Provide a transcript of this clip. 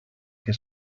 que